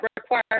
require